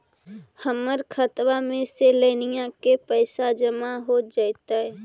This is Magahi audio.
हमर खातबा में से लोनिया के पैसा जामा हो जैतय?